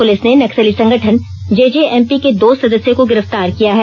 police ने नक्सली संगठन जेजेएमपी के दो सदस्यों को गिरफ्तार किया है